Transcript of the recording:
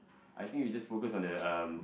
I think you just focus on the um